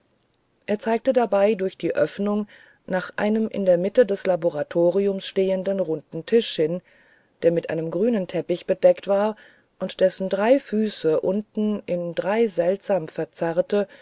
er zeigte dabei durch die öffnung nach einem in der mitte des laboratoriums stehenden runden tische hin der mit einem grünen teppich bedeckt war und dessen drei füße unten in drei seltsam verzerrte